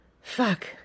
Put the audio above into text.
Fuck